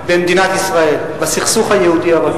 במדינת ישראל, בסכסוך היהודי ערבי.